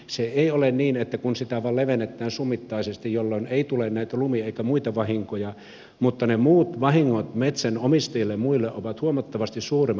se ei ole niin että sitä vaan levennetään summittaisesti jolloin ei tule näitä lumi eikä muita vahinkoja mutta ne muut vahingot metsänomistajille ja muille ovat huomattavasti suuremmat